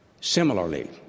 Similarly